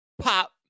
pop